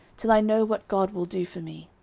till i know what god will do for me.